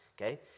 Okay